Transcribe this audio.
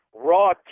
raw